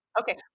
Okay